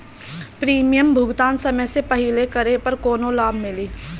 Premium भुगतान समय से पहिले करे पर कौनो लाभ मिली?